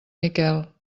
miquel